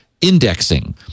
indexing